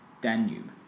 Danube